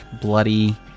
bloody